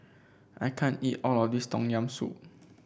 I can't eat all of this Tom Yam Soup